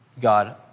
God